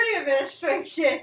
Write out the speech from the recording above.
Administration